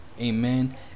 Amen